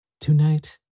Tonight